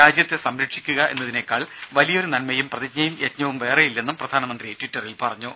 രാജ്യത്തെ സംരക്ഷിക്കുക എന്നതിനേക്കൾ വലിയൊരു നൻമയും പ്രതിജ്ഞയും യജ്ഞവും വേറെയില്ലെന്നും പ്രധാനമന്ത്രി ട്വിറ്ററിൽ പറഞ്ഞു